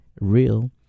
real